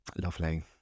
Lovely